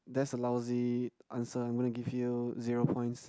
that's a lousy answer I'm gonna give you zero points